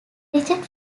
richard